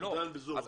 עדיין בזום.